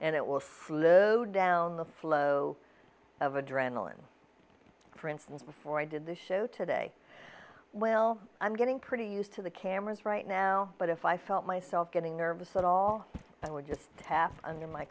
and it will screw live down the flow of adrenaline for instance before i did the show today well i'm getting pretty used to the cameras right now but if i felt myself getting nervous at all i would just tap